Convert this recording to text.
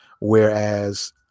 whereas